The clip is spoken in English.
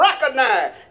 recognize